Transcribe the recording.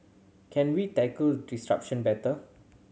can we tackle disruption better